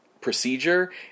procedure